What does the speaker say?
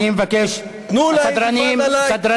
אני מבקש, סדרנים.